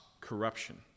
corruption